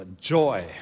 joy